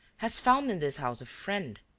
has found in this house a friend,